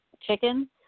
chicken